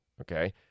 Okay